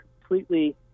completely